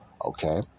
Okay